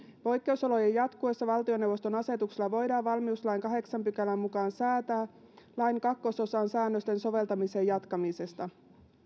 poikkeusolojen jatkuessa valtioneuvoston asetuksella voidaan valmiuslain kahdeksannen pykälän mukaan säätää lain kakkososan säännösten soveltamisen jatkamisesta